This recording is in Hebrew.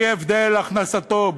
בלי הבדל בשל הכנסתו,